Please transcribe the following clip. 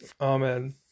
Amen